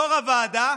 יו"ר הוועדה,